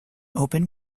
open